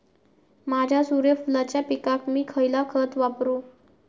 माझ्या सूर्यफुलाच्या पिकाक मी खयला खत वापरू?